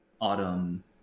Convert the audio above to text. Autumn